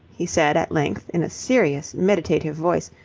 he said at length, in a serious meditative voice,